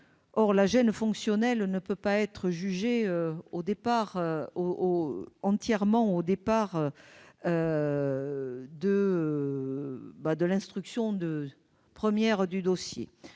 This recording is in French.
Or la gêne fonctionnelle ne peut pas être jugée entièrement au moment de l'instruction première du dossier.